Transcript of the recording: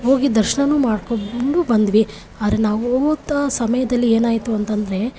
ಹೋಗಿ ದರ್ಶನನೂ ಮಾಡ್ಕೊಂಡು ಬಂದ್ವಿ ಆದ್ರೆ ನಾವು ಹೋಗುವಂಥ ಸಮಯದಲ್ಲಿ ಏನಾಯಿತು ಅಂತ ಅಂದ್ರೆ